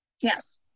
Yes